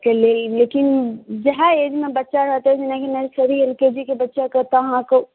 के लेल लेकिन इएह एजमे बच्चाके तऽ नर्सरी एल के जी के बच्चाकेँ तऽ अहाँकेँ